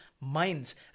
minds